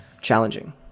challenging